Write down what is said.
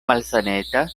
malsaneta